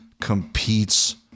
competes